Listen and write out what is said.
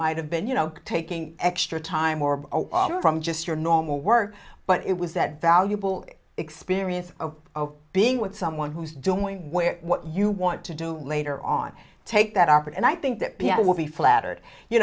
might have been you know taking extra time or from just your normal work but it was that valuable experience of being with someone who's doing what you want to do later on take that operate and i think that people will be flattered you